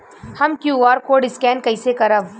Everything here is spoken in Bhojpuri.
हम क्यू.आर कोड स्कैन कइसे करब?